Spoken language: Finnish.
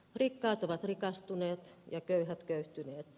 rikkaat ovat rikastuneet ja köyhät köyhtyneet